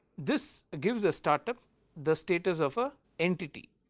this gives the start-up the status of a entity.